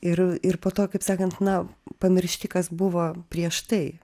ir ir po to kaip sakant na pamiršti kas buvo prieš tai